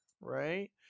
right